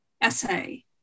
essay